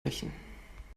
rächen